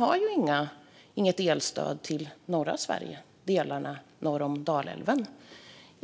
har inget elstöd till de delar av Sverige som ligger norr om Dalälven.